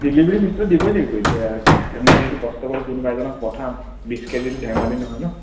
delivery ফিজটো দিবই লাগিব এতিয়া আমি যিহেতু কষ্ট কৰি কোনোবা এজনক পঠাম বিছ কেজিতো ধেমালি নহয় ন'